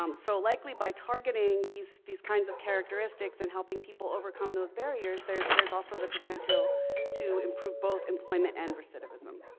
um so likely by targeting these these kinds of characteristics and helping people overcome those barriers, there's there's also the potential to improve both employment and recidivism.